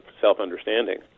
self-understanding